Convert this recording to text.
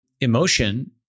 emotion